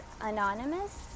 anonymous